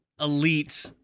elite